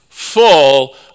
full